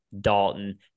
Dalton